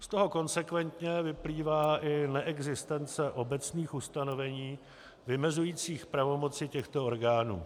Z toho konsekventně vyplývá i neexistence obecných ustanovení vymezujících pravomoci těchto orgánů.